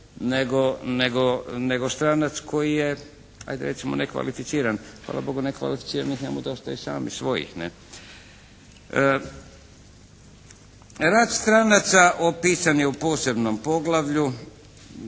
nego stranac koji je ajde recimo nekvalificiran. Hvala Bogu nekvalificiranih imamo dosta i sami svojih ne. Rad stranaca opisan je posebnom poglavlju